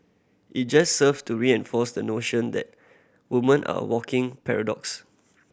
it just serve to reinforce the notion that woman are walking paradox